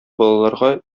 балаларга